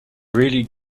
really